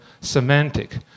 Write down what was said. semantic